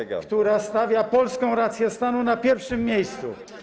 to wizja, która stawia polską rację stanu na pierwszym miejscu.